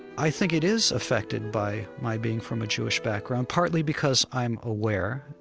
i think it is affected by my being from a jewish background partly because i'm aware.